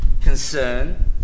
concern